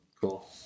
Cool